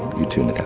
you too, like